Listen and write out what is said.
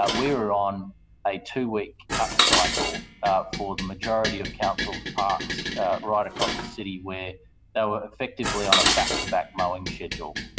we were on a two-week cut cycle for the majority of council's parks right across the city where they were effectively on a back-to-back mowing schedule.